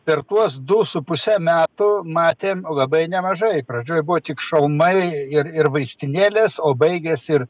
per tuos du su puse metų matėm labai nemažai pradžioj buvo tik šalmai ir ir vaistinėlės o baigės ir